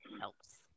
helps